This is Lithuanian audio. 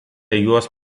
juos